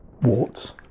warts